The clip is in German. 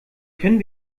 können